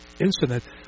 incident